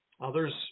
Others